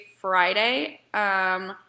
Friday